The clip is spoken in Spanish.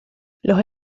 los